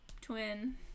twin